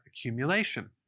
accumulation